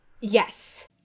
Yes